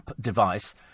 device